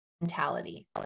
mentality